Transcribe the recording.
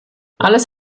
alles